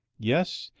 yes,